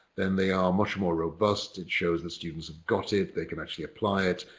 then they are much more robust. it shows the students have got it, they can actually apply it.